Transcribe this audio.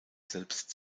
selbst